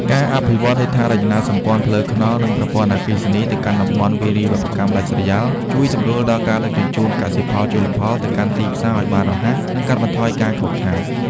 ការអភិវឌ្ឍហេដ្ឋារចនាសម្ព័ន្ធផ្លូវថ្នល់ និងប្រព័ន្ធអគ្គិសនីទៅកាន់តំបន់វារីវប្បកម្មដាច់ស្រយាល ជួយសម្រួលដល់ការដឹកជញ្ជូនកសិផលជលផលទៅកាន់ទីផ្សារឱ្យបានរហ័ស និងកាត់បន្ថយការខូចខាត។